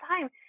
time